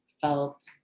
felt